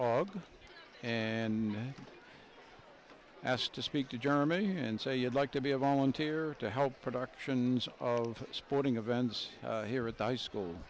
org and asked to speak to germany and say you'd like to be a volunteer to help productions of sporting events here at the high school